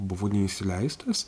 buvau neįsileistas